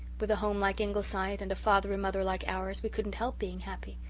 with a home like ingleside, and a father and mother like ours we couldn't help being happy.